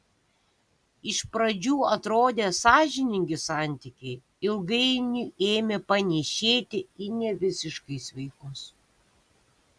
iš pradžių atrodę sąžiningi santykiai ilgainiui ėmė panėšėti į nevisiškai sveikus